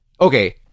Okay